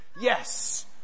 Yes